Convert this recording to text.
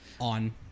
On